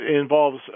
involves